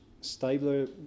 Stabler